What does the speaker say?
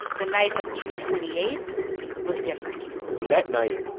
the night of june twenty eight was different on that night,